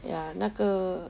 ya 那个